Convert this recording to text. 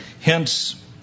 Hence